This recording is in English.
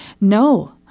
no